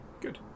Good